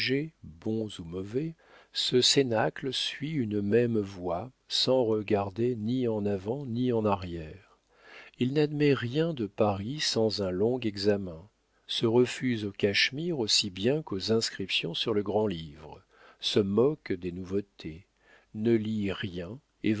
bons ou mauvais ce cénacle suit une même voie sans regarder ni en avant ni en arrière il n'admet rien de paris sans un long examen se refuse aux cachemires aussi bien qu'aux inscriptions sur le grand-livre se moque des nouveautés ne lit rien